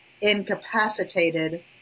incapacitated